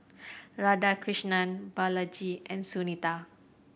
Radhakrishnan Balaji and Sunita